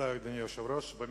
אדוני היושב-ראש, תודה.